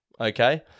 okay